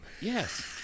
Yes